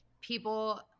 People